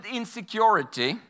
insecurity